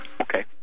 Okay